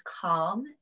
calm